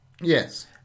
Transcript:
Yes